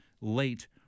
late